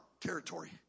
territory